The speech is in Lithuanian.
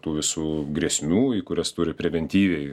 tų visų grėsmių į kurias turi preventyviai